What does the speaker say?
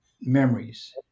memories